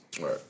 Right